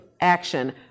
action